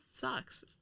sucks